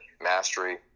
mastery